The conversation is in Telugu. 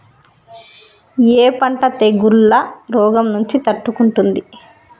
ఏ పంట తెగుళ్ల రోగం నుంచి తట్టుకుంటుంది?